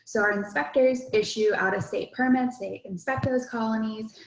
so our inspectors issue out of state permits, they inspect those colonies,